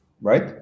Right